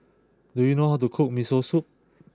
do you know how to cook Miso Soup